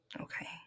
Okay